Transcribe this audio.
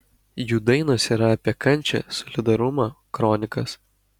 jų dainos yra apie kančią solidarumą kronikas